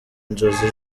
inzozi